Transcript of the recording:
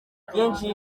byinshi